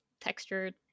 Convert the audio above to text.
textured